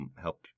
help